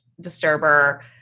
disturber